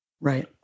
Right